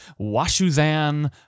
Washuzan